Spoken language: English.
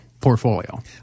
portfolio